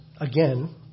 again